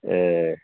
ए